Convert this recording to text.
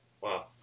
Wow